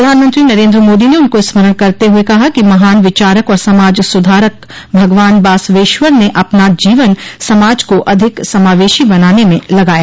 प्रधानमंत्री नरेन्द्र मोदी ने उनका स्मरण करते हुए कहा कि महान विचारक और समाज सुधारक भगवान बासवेश्वर ने अपना जीवन समाज को अधिक समावेशी बनाने में लगाया